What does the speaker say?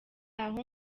aho